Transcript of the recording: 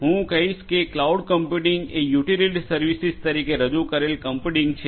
હું કહીશ કે ક્લાઉડ કમ્પ્યુટિંગ એ યુટિલિટી સર્વિસીસ તરીકે રજુ કરેલ કમ્પ્યુટીંગ છે